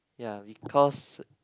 ya because